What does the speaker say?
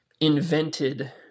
invented